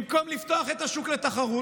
במקום לפתוח את השוק לתחרות.